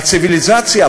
בציוויליזציה,